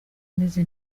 ameze